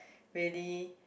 really